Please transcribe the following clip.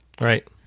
Right